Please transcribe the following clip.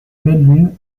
belleville